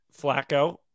Flacco